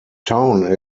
town